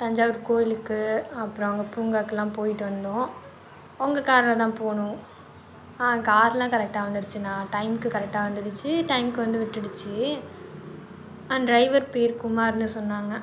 தஞ்சாவூர் கோயிலுக்கு அப்றம் அங்கே பூங்காவுக்குலாம் போயிட்டு வந்தோம் உங்கள் காரில் தான் போனோம் ஆ கார்லாம் கரெக்டாக வந்துடுச்சிண்ணா டைம்க்கு கரெக்டாக வந்துடுச்சு டைம்க்கு வந்து விட்டுடுச்சு ஆ டிரைவர் பேர் குமார்னு சொன்னாங்க